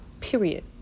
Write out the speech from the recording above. Period